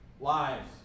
Lives